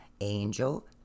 angel